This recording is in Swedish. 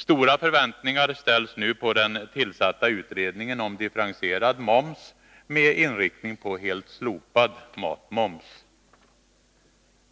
Stora förväntningar ställs nu på den tillsatta utredningen om differentierad moms med inriktning på helt slopad matmoms.